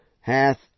hath